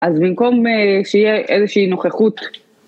אז במקום שיהיה איזושהי נוכחות...